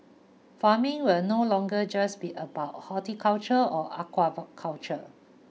farming will no longer just be about horticulture or aqua culture